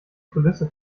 kulisse